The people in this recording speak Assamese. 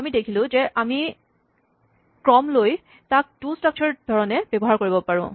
আমি আৰু দেখিলোঁ যে আমি ক্ৰম লৈ তাক টু স্ট্ৰাক্সাৰড ধৰণে ব্যৱহাৰ কৰিব পাৰোঁ